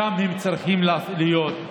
שם הם צריכים להיות.